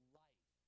life